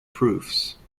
proofs